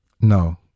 No